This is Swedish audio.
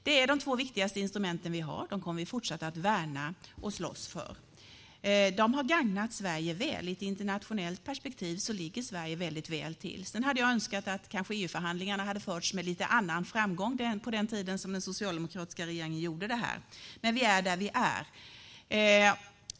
Detta är de två viktigaste instrument vi har. Dem kommer vi att fortsätta värna och slåss för. De har gagnat Sverige väl. I ett internationellt perspektiv ligger Sverige väldigt väl till. Sedan hade jag kanske önskat att EU-förhandlingarna hade förts med annan framgång på den socialdemokratiska regeringens tid, men vi är där vi är.